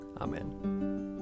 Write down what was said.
Amen